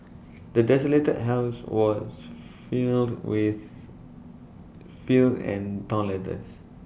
the desolated house was filled with filth and torn letters